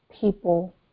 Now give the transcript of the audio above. people